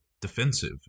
defensive